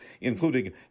including